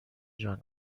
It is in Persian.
جان